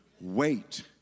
wait